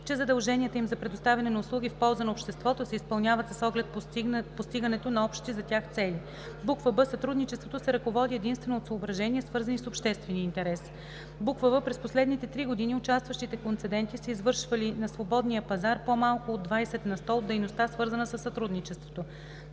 че задълженията им за предоставяне на услуги в полза на обществото се изпълняват с оглед постигането на общи за тях цели; б) сътрудничеството се ръководи единствено от съображения, свързани с обществения интерес; в) през последните три години участващите концеденти са извършвали на свободния пазар по-малко от 20 на сто от дейността, свързана със сътрудничеството.